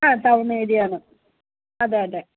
ആ town area ആണ് അതെ അതെ